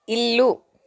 ఇల్లు